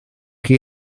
chi